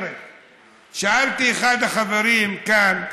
שאלתי את אחד החברים כאן: